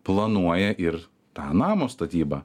planuoja ir tą namo statybą